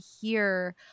hear